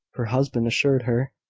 her husband assured her.